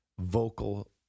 vocal